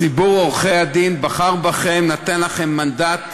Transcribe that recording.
ציבור עורכי-הדין בחר בכם, נתן לכם מנדט שלם,